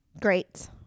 Great